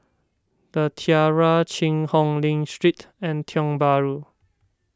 the Tiara Cheang Hong Lim Street and Tiong Bahru